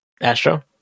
Astro